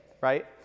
right